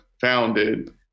founded